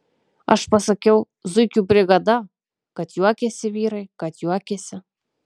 aš pasakiau zuikių brigada kad juokėsi vyrai kad juokėsi